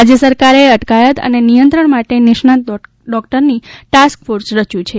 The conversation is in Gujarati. રાજય સરકારે અટકાયત અને નિયંત્રણ માટે નિષ્ણાત ડોકટરોનુ ટાસ્ક ફોર્સ રચ્યુ છે